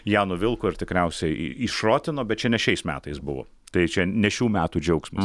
ją nuvilko ir tikriausiai įšrotino bet čia ne šiais metais buvo tai čia ne šių metų džiaugsmas